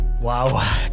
Wow